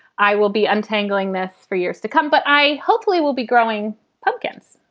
i will be untangling this for years to come, but i hopefully will be growing pumpkins.